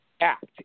act